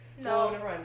No